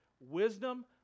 Wisdom